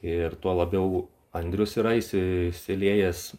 ir tuo labiau andrius yra įsi įsiliejęs